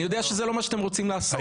אני יודע שזה לא מה שאתם רוצים לעשות,